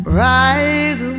rise